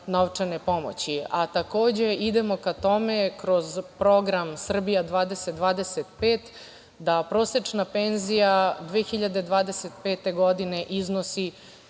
Takođe, idemo ka tome kroz Program „Srbija 2025“ da prosečna penzija 2025. godine iznosi